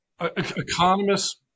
economists